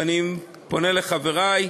ואני פונה לחברי,